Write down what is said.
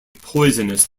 poisonous